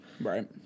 right